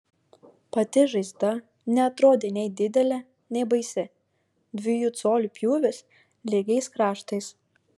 pati žaizda neatrodė nei didelė nei baisi dviejų colių pjūvis lygiais kraštais